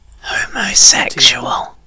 homosexual